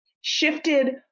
shifted